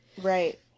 Right